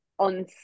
On